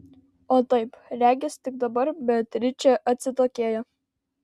o taip regis tik dabar beatričė atsitokėjo